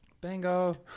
Bingo